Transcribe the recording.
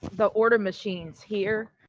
the order machines here,